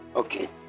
Okay